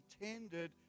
intended